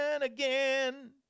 again